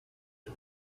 yet